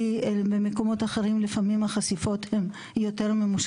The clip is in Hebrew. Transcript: כי במקומות אחרים לפעמים החשיפות יותר ממושכות.